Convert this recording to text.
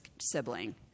sibling